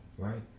right